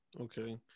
Okay